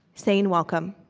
saying, welcome.